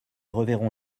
reverrons